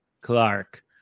Clark